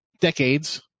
decades